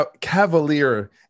cavalier